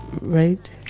right